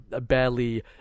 barely